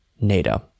NATO